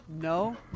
No